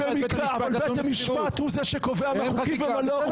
בית המשפט הוא זה שקובע מה חוקי כאן.